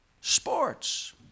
sports